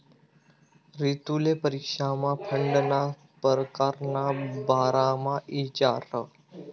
रितुले परीक्षामा फंडना परकार ना बारामा इचारं